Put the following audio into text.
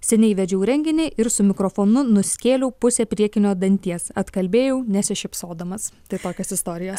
seniai vedžiau renginį ir su mikrofonu nuskėliau pusę priekinio danties atkalbėjau nesišypsodamas tai tokios istorijos